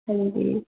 हां जी